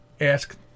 ask